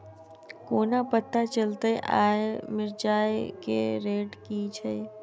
कोना पत्ता चलतै आय मिर्चाय केँ रेट की छै?